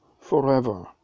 forever